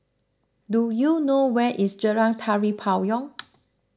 do you know where is Jalan Tari Payong